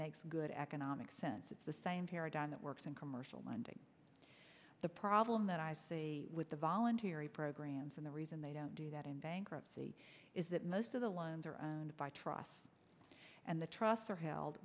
makes good economic sense it's the same paradigm that works in commercial lending the problem that i see with the voluntary programs and the reason they don't do that in bankruptcy is that most of the ones are owned by trusts and the trusts are held